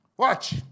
watch